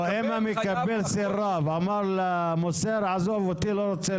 אם המקבל סירב, אמר למוסר עזוב אותי, לא רוצה